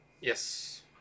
Yes